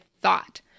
thought